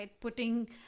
putting